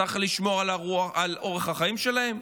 צריך לשמור על אורח החיים שלהם,